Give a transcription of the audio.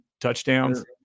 touchdowns